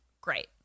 Great